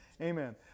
Amen